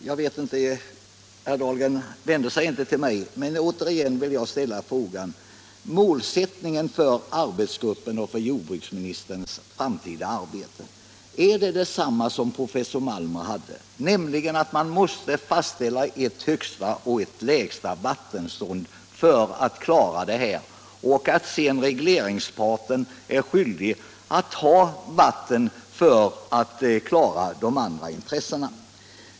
Herr talman! Herr Dahlgren vände sig inte till mig, och jag vill återigen ställa frågan: Är målsättningen för arbetsgruppens och för jordbruksmi nisterns framtida arbete densamma som den professor Malmer hade, nämligen att man måste fastställa ett högsta och ett lägsta vattenstånd för att klara av detta, och att regleringsparten sedan blir skyldig att ha vatten för att klara de andra intressena?